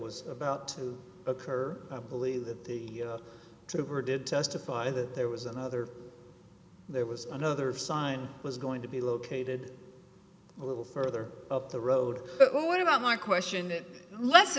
was about to occur believe that the trooper did testify that there was another there was another sign was going to be located a little further up the road but what about my question it let